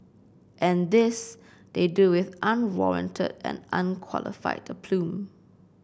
and this they do with unwarranted and unqualified aplomb